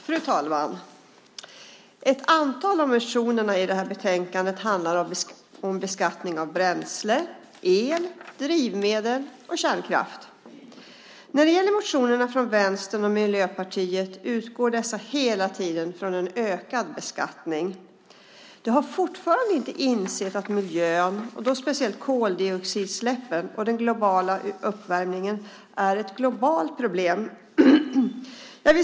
Fru talman! Ett antal av motionerna i det här betänkandet handlar om beskattning av bränsle, el, drivmedel och kärnkraft. När det gäller motionerna från Vänstern och Miljöpartiet utgår dessa hela tiden från en ökad beskattning. De har fortfarande inte insett att miljön, och då speciellt koldioxidutsläppen och den globala uppvärmningen, är ett globalt problem.